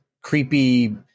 creepy